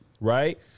Right